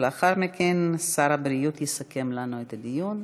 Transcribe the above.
לאחר מכן, שר הבריאות יסכם לנו את הדיון.